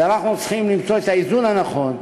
ואנחנו צריכים למצוא את האיזון הנכון: